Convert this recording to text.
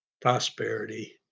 prosperity